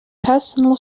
personal